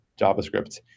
JavaScript